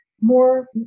more